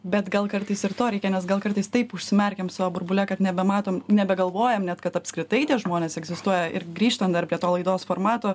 bet gal kartais ir to reikia nes gal kartais taip užsimerkiam savo burbule kad nebematom nebegalvojam net kad apskritai tie žmonės egzistuoja ir grįžtant dar prie to laidos formato